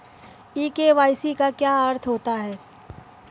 ई KYC का क्या अर्थ होता है?